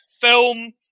film